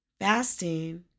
Fasting